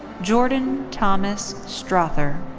jordan thomas strother.